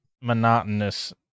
monotonous